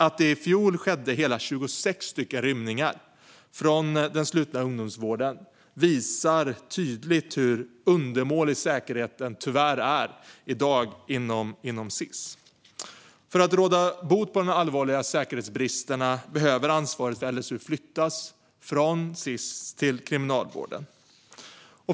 Att det i fjol skedde hela 26 rymningar från den sluta ungdomsvården visar tydligt hur undermålig säkerheten i dag tyvärr är inom Sis. För att råda bot på de allvarliga säkerhetsbristerna behöver ansvaret för LSU flyttas från Sis till Kriminalvården.